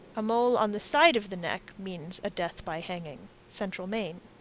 a mole on the side of the neck means a death by hanging. central maine.